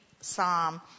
psalm